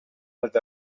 with